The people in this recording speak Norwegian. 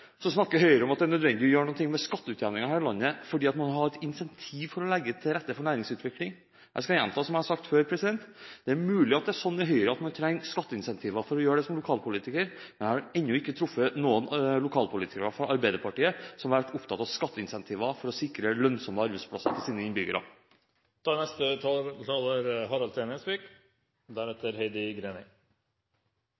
snakker Høyre om at det er nødvendig å gjøre noe med skatteutjevningen i landet, fordi man har et incentiv til å legge til rette for næringsutvikling. Jeg skal gjenta, som jeg har sagt før: Det er mulig at det er sånn i Høyre at man trenger skatteincentiver for å gjøre det som lokalpolitiker, men jeg har ennå ikke truffet noen lokalpolitikere fra Arbeiderpartiet som har vært opptatt av skatteincentiver for å sikre lønnsomme arbeidsplasser til sine